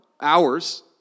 hours